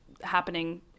happening